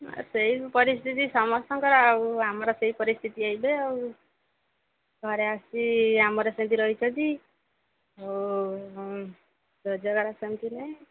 ସେଇ ପରିସ୍ଥିତି ସମସ୍ତଙ୍କର ଆଉ ଆମର ସେଇ ପରିସ୍ଥିତି ଏବେ ଆଉ ଘରେ ଆସି ଆମର ସେମିତି ରହିଛନ୍ତି ଆଉ ରୋଜଗାର ସେମିତି ନାହିଁ